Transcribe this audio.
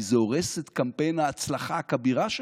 כי זה הורס את קמפיין ההצלחה הכבירה שלך?